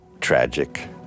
Tragic